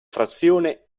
frazione